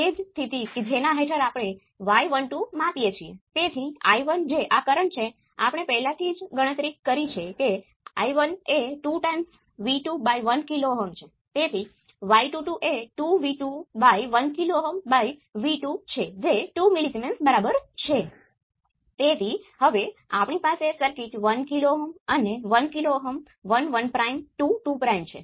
તેથી હવે ફરીથી મેં કહ્યું તેમ આપણે અંદર શું છે તે જાણવાની જરૂર નથી તેમાં સેંકડો ઘટકો હોઈ શકે છે